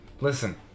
Listen